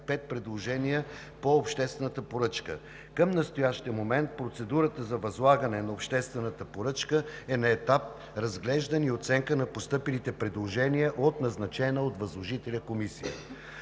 пет предложения по обществената поръчка. Към настоящия момент процедурата за възлагане на обществената поръчка е на етап разглеждане и оценка на постъпилите предложения от назначена от възложителя комисия.